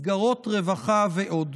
מסגרות רווחה ועוד.